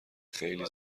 خیلی